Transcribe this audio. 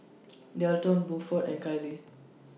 Delton Buford and Kayli